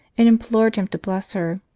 and implored him to bless her.